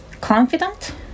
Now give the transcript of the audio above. confident